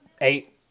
Eight